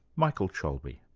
michael cholbi.